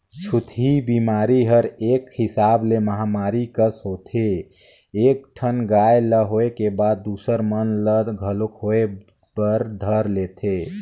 छूतही बेमारी हर एक हिसाब ले महामारी कस होथे एक ठन गाय ल होय के बाद दूसर मन ल घलोक होय बर धर लेथे